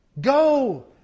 Go